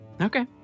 Okay